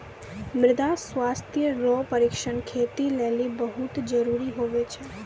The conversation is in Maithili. मृदा स्वास्थ्य रो परीक्षण खेती लेली बहुत जरूरी हुवै छै